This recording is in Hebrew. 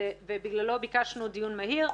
ובגללו ביקשנו דיון מהיר.